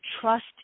trust